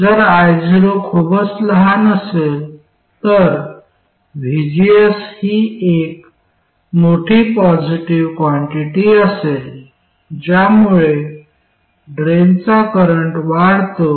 जर io खूपच लहान असेल तर vgs ही एक मोठी पॉजिटीव्ह क्वांटिटि असेल ज्यामुळे ड्रेनचा करंट वाढतो